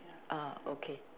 ah okay